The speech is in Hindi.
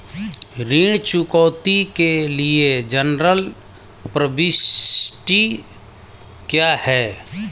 ऋण चुकौती के लिए जनरल प्रविष्टि क्या है?